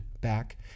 back